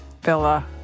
villa